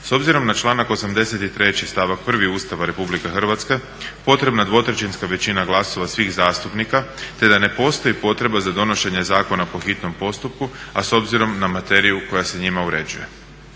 s obzirom na članak 83.stavak 1. Ustava RH potrebna dvotrećinska većina glasova svih zastupnika, te da ne postoji potreba za donošenje zakona po hitnom postupku, a s obzirom na materiju koja se njime uređuje.